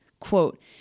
Quote